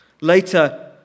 Later